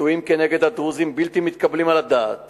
הביטויים כנגד הדרוזים בלתי מתקבלים על הדעת